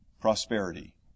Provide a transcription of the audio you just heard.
prosperity